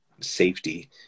safety